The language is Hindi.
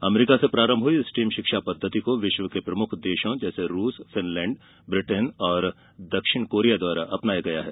अमेरिका से प्रारंभ हुई स्टीम शिक्षा पद्धति को विश्व के प्रमुख देशों रूस फिनलैंण्ड ब्रिटेन और दक्षिण कोरिया द्वारा अपनाया गया है